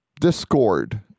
discord